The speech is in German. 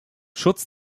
schutz